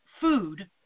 food